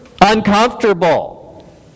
uncomfortable